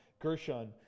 Gershon